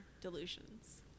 delusions